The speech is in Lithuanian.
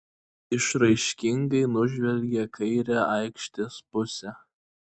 išraiškingai nužvelgė kairę aikštės pusę